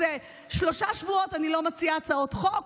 ששלושה שבועות אני לא מציעה הצעות חוק,